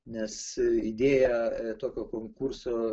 nes idėja tokio konkurso